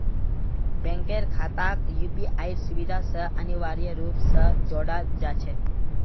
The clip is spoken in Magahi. बैंकेर खाताक यूपीआईर सुविधा स अनिवार्य रूप स जोडाल जा छेक